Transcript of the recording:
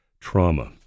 trauma